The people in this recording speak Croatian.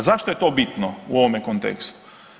A zašto je to bitno u ovome kontekstu?